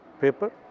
paper